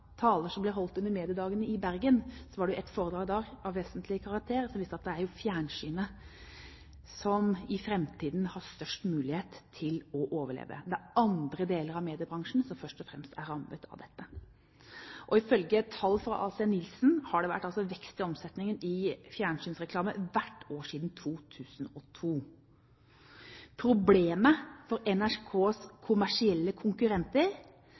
taler som ble holdt under mediedagene i Bergen, var det ett foredrag der av vesentlig karakter som viste at det jo er fjernsynet som i framtiden har størst mulighet til å overleve. Det er andre deler av mediebransjen som først og fremst er rammet av dette. Ifølge tall fra ACNielsen har det vært vekst i omsetningen av fjernsynsreklame hvert år siden 2002. Problemet for NRKs kommersielle konkurrenter